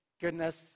goodness